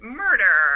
murder